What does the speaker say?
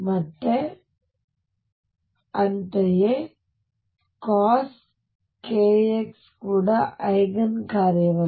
ಮತ್ತು ಅಂತೆಯೇ cos kx ಕೂಡ ಐಗನ್ ಕಾರ್ಯವಲ್ಲ